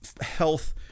health